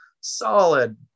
solid